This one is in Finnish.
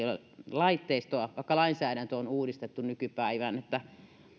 laitteistoa vaikka lainsäädäntö on uudistettu nykypäivään